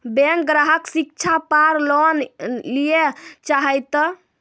Bank ग्राहक शिक्षा पार लोन लियेल चाहे ते?